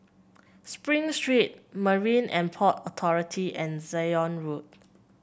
Spring Street Marine And Port Authority and Zion Road